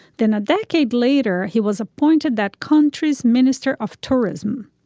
then a decade later he was appointed that country's minister of tourism.